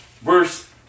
verse